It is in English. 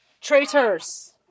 traitors